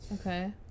Okay